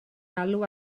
alw